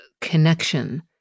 connection